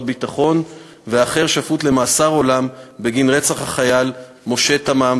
ביטחון ואחר שפוט למאסר עולם בגין רצח החייל משה תמם,